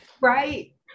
Right